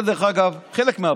זה, דרך אגב, חלק מהבעיה.